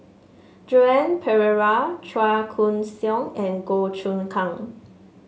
Joan Pereira Chua Koon Siong and Goh Choon Kang